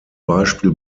beispiel